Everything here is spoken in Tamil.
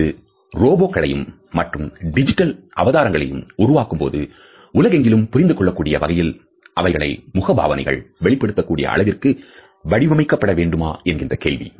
அது ரோபோ களையும் மற்றும் டிஜிட்டல் அவதாரங்களையும் உருவாக்கும்போது உலகெங்கிலும் புரிந்துகொள்ளக்கூடிய வகையில் அவைகள் முகபாவனைகளை வெளிப்படுத்தக் கூடிய அளவிற்கு வடிவமைக்கப்பட வேண்டுமா என்கிற கேள்வி